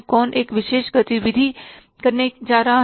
कौन एक विशेष गतिविधि करने जा रहा है